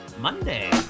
Monday